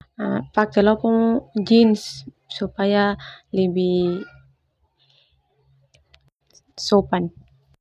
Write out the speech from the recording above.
Pake lopo jeans supaya lebih sopan.